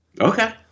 Okay